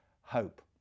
hope